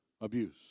abuse